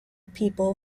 people